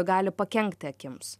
gali pakenkti akims